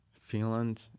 Finland